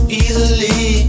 easily